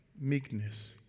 meekness